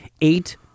eight